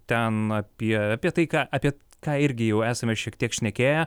ten apie apie tai ką apie ką irgi jau esame šiek tiek šnekėję